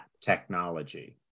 technology